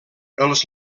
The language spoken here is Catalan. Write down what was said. els